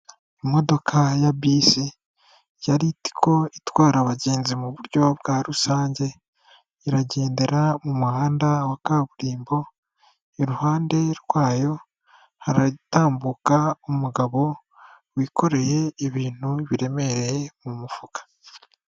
Imodoka ya Bisi ya Ritco itwara abagenzi mu buryo bwarusange, iragendera mu muhanda wa kaburimbo, iruhande rwayo haratambuka umugabo wikoreye ibintu biremereye mu mufuka.